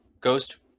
ghost